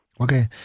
Okay